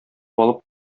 алып